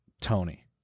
Tony